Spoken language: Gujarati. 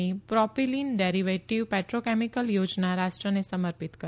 ના પ્રોપીલીન ડેરીવેટીવ પેટ્રોકેમીકલ યોજના રાષ્ટ્રને સમર્પિત કરી